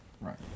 Right